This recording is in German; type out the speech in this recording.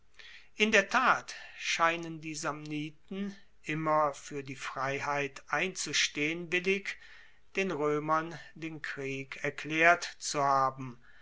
in der tat scheinen die samniten immer fuer die freiheit einzustehen willig den roemern den krieg erklaert zu haben